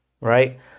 right